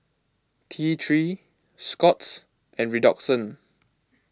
T three Scott's and Redoxon